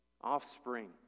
offspring